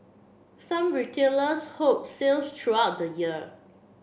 some retailers hold sales throughout the year